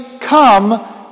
come